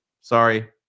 Sorry